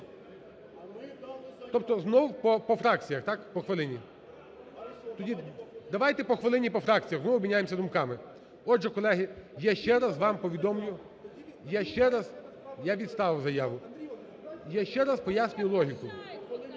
Тобто знову по фракціях, так, по хвилині? Тоді давайте по хвилині по фракціях ми обміняємося думками. Отже, колеги, я ще раз вам повідомлю, я ще раз… Я відставив заяву. Я ще раз пояснюю логіку.